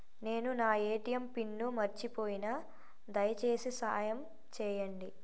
నేను నా ATM pin మర్చిపోయిన, దయచేసి సాయం చేయండి